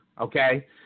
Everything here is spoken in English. okay